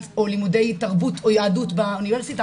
או לימודי תרבות או יהדות באוניברסיטה,